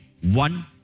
one